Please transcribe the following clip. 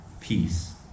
peace